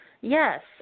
yes